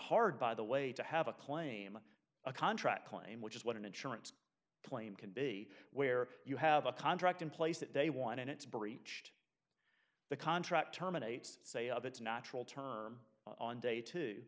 hard by the way to have a claim a contract claim which is what an insurance claim can be where you have a contract in place that they want and it's breached the contract terminates say of its natural term on day t